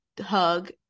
hug